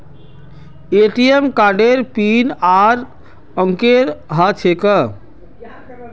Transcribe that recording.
ATM कार्डेर pin चार अंकेर ह छेक